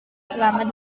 selama